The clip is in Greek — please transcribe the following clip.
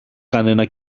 κανένα